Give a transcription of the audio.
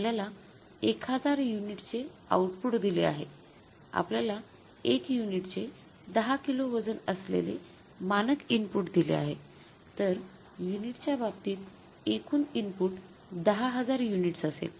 आपल्याला १००० युनिटचे आउटपुट दिले आहे आपल्याला १ युनिटचे १0 किलो वजन असलेले मानक इनपुट दिले आहे तर युनिटच्या बाबतीत एकूण इनपुट १0000 युनिट्स असेल